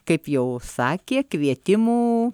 kaip jau sakė kvietimų